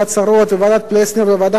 ועדת-פלסנר וועדה חדשה,